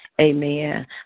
Amen